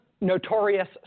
notorious